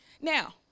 Now